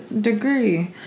degree